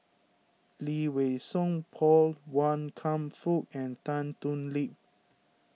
Lee Wei Song Paul Wan Kam Fook and Tan Thoon Lip